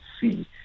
see